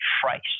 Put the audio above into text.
price